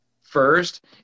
first